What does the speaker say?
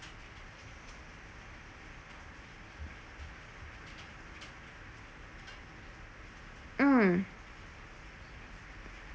mm